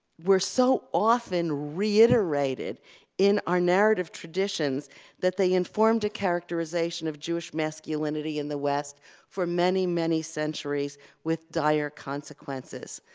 were so often reiterated in our narrative traditions that they informed a characterization of jewish masculinity in the west for many, many centuries with dire consequences.